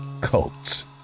cults